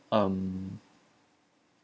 um